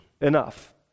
enough